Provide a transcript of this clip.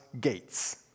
gates